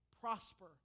prosper